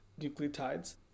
nucleotides